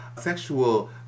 sexual